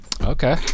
Okay